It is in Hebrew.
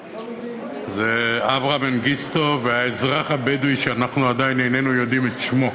זה אברה מנגיסטו והאזרח הבדואי שאנחנו עדיין איננו יודעים את שמו,